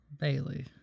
Bailey